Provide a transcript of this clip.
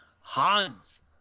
hans